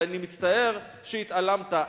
ואני מצטער שהתעלמת.